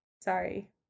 Sorry